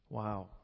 Wow